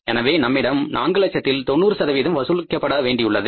எனவே நம்மிடம் 4 லட்சத்தில் 90 வசூலிக்கப்பட வேண்டியுள்ளது